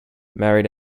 married